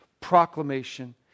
proclamation